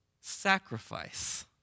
sacrifice